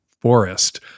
forest